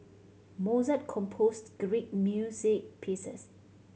Mozart composed great music pieces